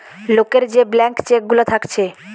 লোকের যে blank cheque গুলা থাকছে